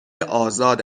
آزاد